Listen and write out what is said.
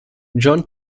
john